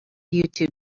youtube